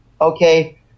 okay